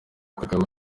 kagame